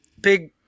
Big